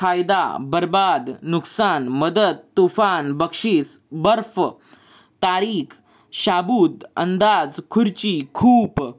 फायदा बरबाद नुकसान मदत तूफान बक्षिस बर्फ तारीख शाबुत अंदाज खुर्ची खूप